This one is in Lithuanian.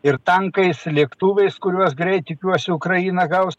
ir tankais lėktuvais kuriuos greit tikiuosi ukraina gaus